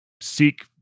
seek